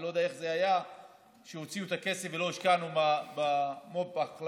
אני לא יודע איך זה היה שהוציאו את הכסף ולא השקיעו במו"פ החקלאי,